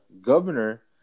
governor